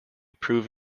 prove